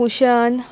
cushion